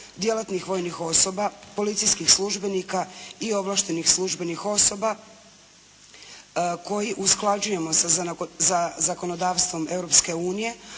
djelatnih vojnih osoba, policijskih službenika i ovlaštenih službenih osoba koji usklađujemo sa zakonodavstvom